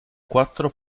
quattro